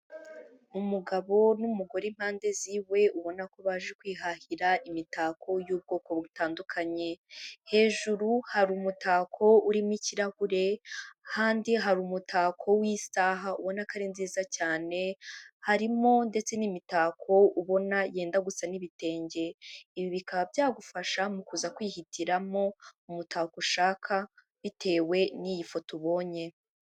Umugabo n'umugore impande ziwe ubona ko baje kwihahira imitako y'ubwoko butandukanye, hejuru hari umutako urimo ikirahure ahandi hari umutako w'isaha ubona ko ari nziza cyane, harimo ndetse n'imitako ubona yenda gusa n'ibitenge. Ibi bikaba byagufasha mu kuza kwihitiramo umutako ushaka bitewe n'iyi foto ubonye.